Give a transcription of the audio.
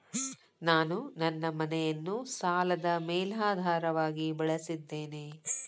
ನಾನು ನನ್ನ ಮನೆಯನ್ನು ಸಾಲದ ಮೇಲಾಧಾರವಾಗಿ ಬಳಸಿದ್ದೇನೆ